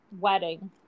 wedding